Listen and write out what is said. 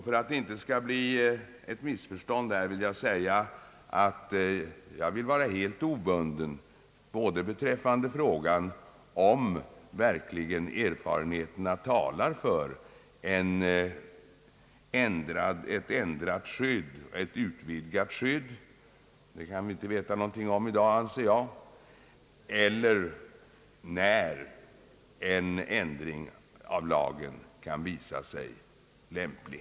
För att inget missförstånd skall uppstå vill jag säga att jag önskar vara helt obunden både beträffande frågan om erfarenheterna verkligen talar för ett ändrat och utvidgat skydd — det kan vi inte veta någonting om i dag — och beträffande frågan när en ändring av lagen kan visa sig lämplig.